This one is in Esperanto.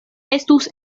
estus